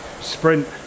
sprint